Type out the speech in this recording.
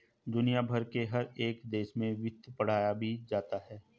दुनिया भर के हर एक देश में वित्त पढ़ाया भी जाता है